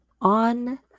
on